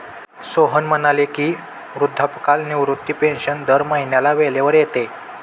सोहन म्हणाले की, वृद्धापकाळ निवृत्ती पेन्शन दर महिन्याला वेळेवर येते